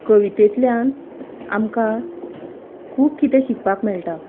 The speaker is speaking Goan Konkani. कवितेंतल्यान आमकां खूब कितें शिकपाक मेळटा